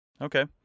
Okay